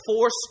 force